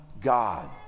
God